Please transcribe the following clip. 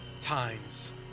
times